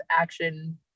action